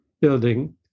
building